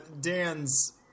Dan's